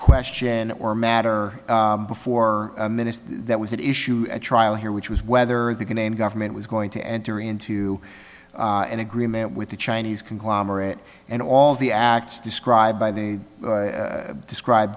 question or matter before minutes that was that issue at trial here which was whether the canadian government was going to enter into an agreement with the chinese conglomerate and all the acts described by the describe